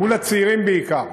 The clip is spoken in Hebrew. מול הצעירים, בעיקר,